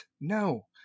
No